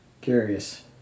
curious